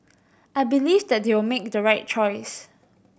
I believe that they will make the right choice